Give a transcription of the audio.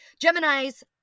Gemini's